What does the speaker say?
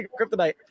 kryptonite